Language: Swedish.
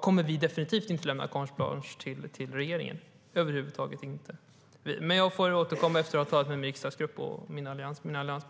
kommer vi definitivt inte att lämna carte blanche till regeringen. Men jag får återkomma efter att ha talat med min riksdagsgrupp och mina allianskolleger.